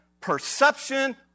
perception